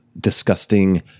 disgusting